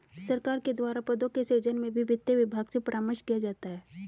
सरकार के द्वारा पदों के सृजन में भी वित्त विभाग से परामर्श किया जाता है